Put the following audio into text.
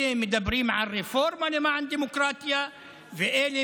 אלה מדברים על רפורמה למען דמוקרטיה ואלה